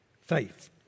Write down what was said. faith